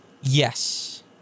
yes